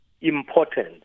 important